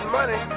money